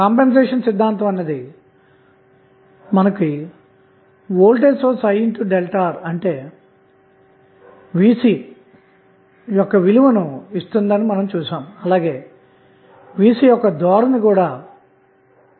ఇక్కడ ఆధారితమైన voltage source యొక్క విలువ 120 v0అయినందువలన దీని యొక్క విలువ కూడా '0' అవుతుంది ఎందుకంటే v0 యొక్క విలువ '0' గనుక